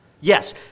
Yes